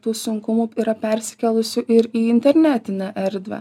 tų sunkumų yra persikėlusių ir į internetinę erdvę